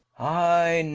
i,